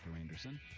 Anderson